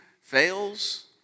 fails